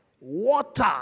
water